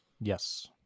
Yes